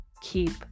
keep